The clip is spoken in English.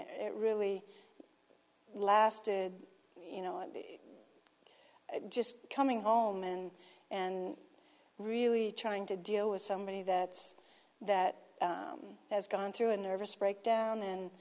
it really lasted you know just coming home and and really trying to deal with somebody that that has gone through a nervous breakdown and